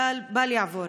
כלל בל יעבור.